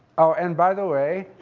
oh, and, by the way,